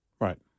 Right